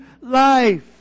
life